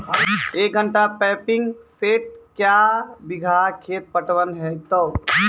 एक घंटा pumping set क्या बीघा खेत पटवन है तो?